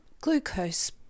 glucose